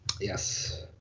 Yes